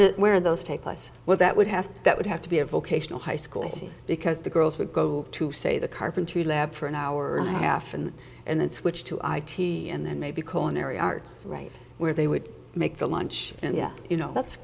we're where those take us well that would have that would have to be a vocational high school because the girls would go to say the carpentry lab for an hour and a half and and then switch to i t and then maybe call an area arts right where they would make the lunch and yeah you know that's